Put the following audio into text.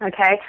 Okay